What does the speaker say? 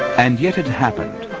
and yet, it happened.